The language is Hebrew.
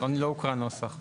לא הוקרא הנוסח.